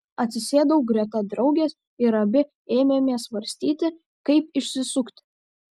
atsisėdau greta draugės ir abi ėmėme svarstyti kaip išsisukti